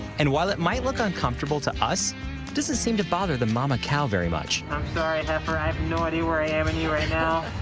and while it might look uncomfortable to us, it doesn't seem to bother the momma cow very much. i'm sorry heifer. i have no idea where i am in you right now.